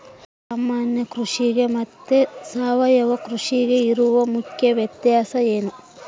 ಸಾಮಾನ್ಯ ಕೃಷಿಗೆ ಮತ್ತೆ ಸಾವಯವ ಕೃಷಿಗೆ ಇರುವ ಮುಖ್ಯ ವ್ಯತ್ಯಾಸ ಏನು?